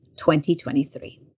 2023